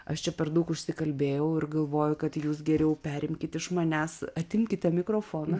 aš čia per daug užsikalbėjau ir galvoju kad jūs geriau perimkit iš manęs atimkite mikrofoną